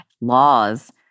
laws